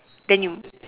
then you